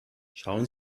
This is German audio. schauen